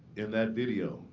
in that video,